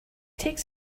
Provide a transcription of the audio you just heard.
takes